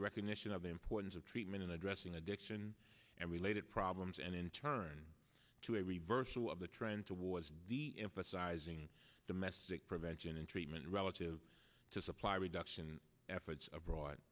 a recognition of the importance of treatment in addressing addiction and related problems and in turn to a reversal of the trend towards the imput sizing domestic prevention and treatment relative to supply reduction efforts abroad